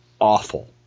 awful